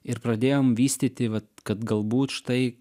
ir pradėjom vystyti vat kad galbūt štai